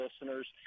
listeners